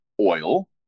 oil